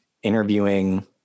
interviewing